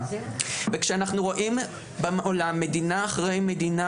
כשאנחנו רואים בעולם מדינה אחרי מדינה